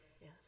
Yes